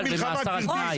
הם היום במלחמה, גברתי.